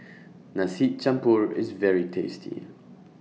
Nasi Campur IS very tasty